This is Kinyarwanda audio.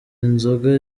nzoga